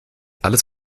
alles